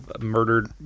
murdered